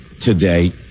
today